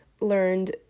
learned